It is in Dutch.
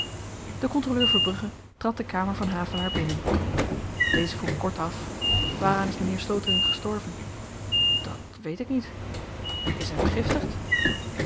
de kontroleur verbrugge trad de kamer van havelaar binnen deze vroeg kortaf waaraan is m'nheer slotering gestorven dat weet ik niet is hy vergiftigd